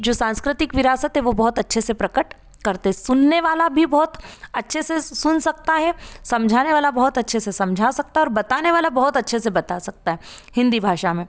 जो संस्कृतिक विरासत है वो बहुत अच्छे से प्रकट करते सुनने वाला भी बहुत अच्छे से सुन सकता है समझाने वाला बहुत अच्छे से समझा सकता और बताने वाला बहुत अच्छे से बता सकता है हिन्दी भाषा में